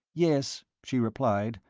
yes, she replied,